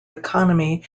economy